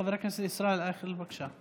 חבר הכנסת ישראל אייכלר, בבקשה.